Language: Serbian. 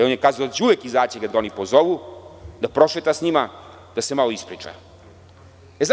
On je kazao da će uvek izaći kada ga oni pozovu, da prošeta sa njima, da se malo ispriča.